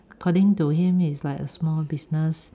according to him it's like a small business